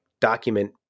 document